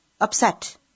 upset